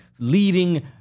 leading